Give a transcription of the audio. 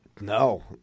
No